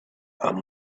are